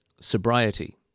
Sobriety